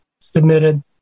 submitted